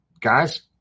guys